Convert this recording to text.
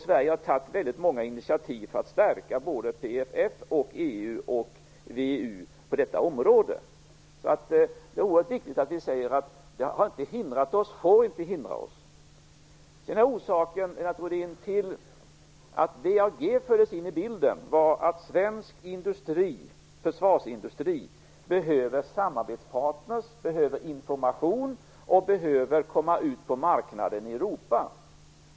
Sverige har tagit många initiativ för att stärka både PFF och EU på detta område. Det är alltså oerhört viktigt att detta inte har hindrat oss och inte får hindra oss. Orsaken till att WEAG fördes in i bilden, Lennart Rohdin, var att svensk försvarsindustri behöver samarbetspartner, behöver information och behöver komma ut på marknaden i Europa.